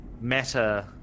Meta